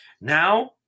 Now